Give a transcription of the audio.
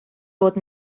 bod